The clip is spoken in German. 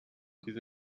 diese